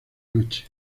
noche